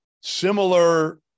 similar